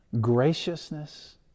graciousness